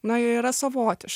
na ji yra savotiš